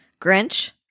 Grinch